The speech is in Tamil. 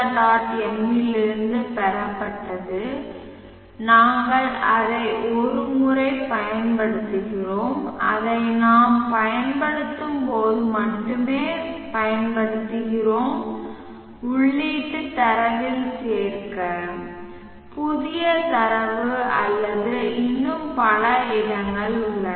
m இலிருந்து பெறப்பட்டது நாங்கள் அதை ஒரு முறை பயன்படுத்துகிறோம் அதை நாம் பயன்படுத்தும்போது மட்டுமே பயன்படுத்துகிறோம் உள்ளீட்டுத் தரவில் சேர்க்க புதிய தரவு அல்லது இன்னும் பல இடங்கள் உள்ளன